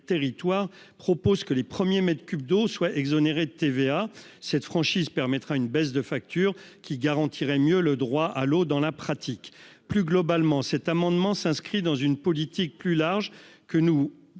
propose que les premiers mètres cubes d'eau soient exonérés de TVA. Cette franchise permettra une baisse de facture qui garantirait mieux le droit à l'eau dans la pratique. En outre, cet amendement s'inscrit dans la politique plus large que nous